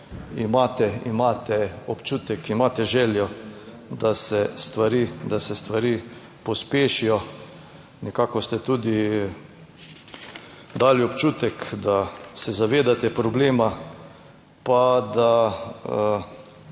imate občutek, imate željo, da se stvari, da se stvari pospešijo. Nekako ste tudi dali občutek, da se zavedate problema, pa da